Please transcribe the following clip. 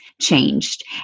changed